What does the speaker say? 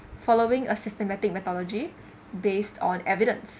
following a systematic methodology based on evidence